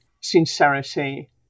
sincerity